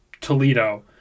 Toledo